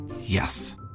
Yes